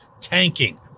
tanking